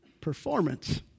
performance